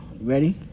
Ready